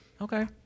Okay